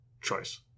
choice